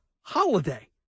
holiday